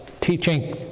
teaching